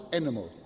animal